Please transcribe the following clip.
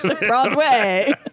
Broadway